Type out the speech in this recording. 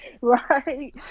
right